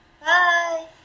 Bye